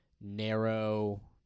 narrow